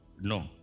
No